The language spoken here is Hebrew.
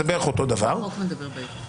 זה בערך אותו דבר --- החוק מדבר בעברי.